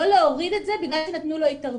לא להוריד את זה בגלל שנתנו לו התערבות.